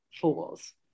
fools